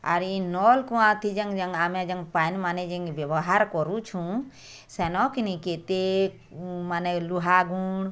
ଆର୍ ଏ ନଲ୍ କୂଆଁ ଥି ଯେଙ୍ଗ୍ ଯେଙ୍ଗ୍ ଆମେ ଯେଙ୍ଗ୍ ପାଏନ୍ ମାନେ ଯେନ୍ ବ୍ୟବହାର୍ କରୁଛୁଁ ସେନକି କେତେ ମାନେ ଲୁହା ଗୁଣ୍ଡ୍